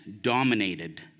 dominated